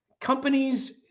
Companies